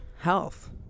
health